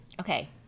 Okay